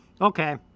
Okay